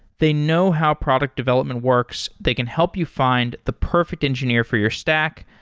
they know how product development works. they can help you find the perfect engineer for your stack,